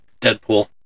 Deadpool